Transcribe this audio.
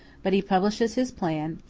but he publishes his plan,